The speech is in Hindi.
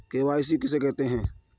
के.वाई.सी किसे कहते हैं?